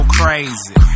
crazy